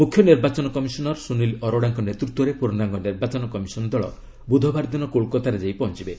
ମୁଖ୍ୟ ନିର୍ବାଚନ କମିଶନର୍ ସୁନିଲ୍ ଅରୋଡାଙ୍କ ନେତୃତ୍ୱରେ ପୂର୍ଷାଙ୍ଗ ନିର୍ବାଚନ କମିଶନ୍ ଦଳ ବୁଧବାର ଦିନ କୋଲ୍କାତାରେ ଯାଇ ପହଞ୍ଚବେ